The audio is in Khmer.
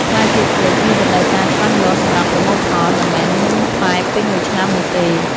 ផ្លែក្រូចឃ្វិចមានរដូវកាលច្បាស់លាស់សម្រាប់ប្រមូលផល មិនមែនមានផ្លែពេញមួយឆ្នាំនោះទេ។